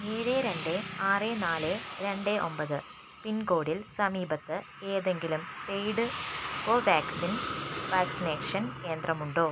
ഏഴ് രണ്ട് ആറ് നാല് രണ്ട് ഒമ്പത് പിൻകോഡിൽ സമീപത്ത് ഏതെങ്കിലും പെയ്ഡ് കോവാക്സിൻ വാക്സിനേഷൻ കേന്ദ്രമുണ്ടോ